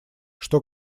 что